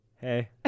Hey